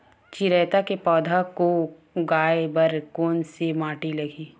चिरैता के पौधा को उगाए बर कोन से माटी लगही?